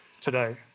today